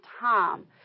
time